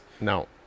No